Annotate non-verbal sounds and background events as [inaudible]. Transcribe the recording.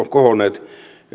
[unintelligible] kohonneet